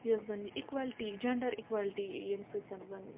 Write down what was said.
یۄس زن یہِ ایٖکوٮ۪لٹی جنٛڈر ایٖکوٮ۪لٹی ییٚمہِ سۭتۍ زن